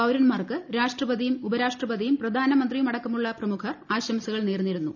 പൌരന്മാർക്ക് രാഷ്ട്രപതിയും ഉപരാഷ്ട്രപതിയും പ്രധാനമന്ത്രിയുമടക്കമുള്ള പ്രമുഖർ ആശ്ശംസകൾ നേർന്നിരുന്നു